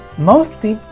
most d,